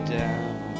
down